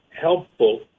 helpful